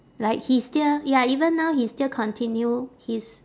like he still ya even now he still continue his